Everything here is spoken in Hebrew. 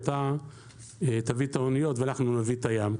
אתה תביא את האוניות ואנחנו נביא את הים.